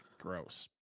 Gross